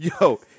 Yo